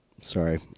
sorry